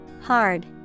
Hard